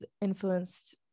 influenced